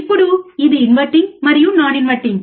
ఇప్పుడు ఇది ఇన్వర్టింగ్ మరియు నాన్ ఇన్వర్టింగ్